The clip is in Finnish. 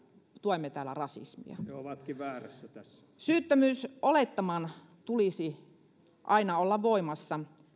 tuemme täällä rasismia syyttömyysolettaman tulisi aina olla voimassa